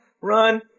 run